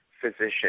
physician